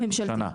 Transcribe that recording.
שנה.